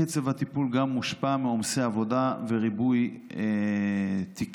קצב הטיפול גם מושפע מעומסי עבודה וריבוי תיקים.